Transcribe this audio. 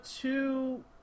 two